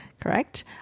correct